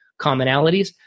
commonalities